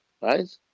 right